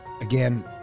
Again